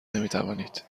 نمیتوانید